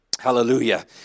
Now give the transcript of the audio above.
Hallelujah